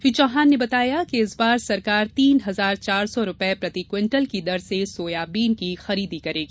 श्री चौहान ने बताया कि इस बार सरकार तीन हजार चार सौ रूपये प्रतिक्विंटल की दर से सोयाबीन की खरीदी करेगी